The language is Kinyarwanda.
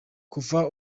kuva